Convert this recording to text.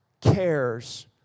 cares